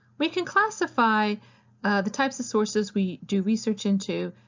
we can classify the types of sources we do research into,